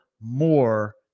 more